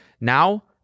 now